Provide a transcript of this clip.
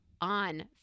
on